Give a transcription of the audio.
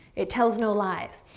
it tells no lies.